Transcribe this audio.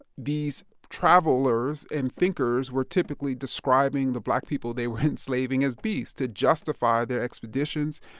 these travelers and thinkers were typically describing the black people they were enslaving as beasts to justify their expeditions,